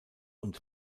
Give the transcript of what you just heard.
und